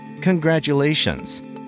congratulations